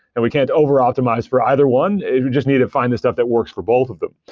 and we can't over optimize for either one. we just need to find this stuff that works for both of them.